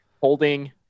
holding